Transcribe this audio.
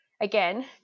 again